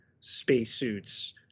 spacesuits